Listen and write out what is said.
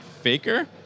Faker